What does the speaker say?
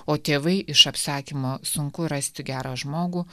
o tėvai iš apsakymo sunku rasti gerą žmogų